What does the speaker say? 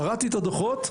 קראתי את הדוחות.